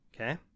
Okay